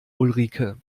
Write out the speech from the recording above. ulrike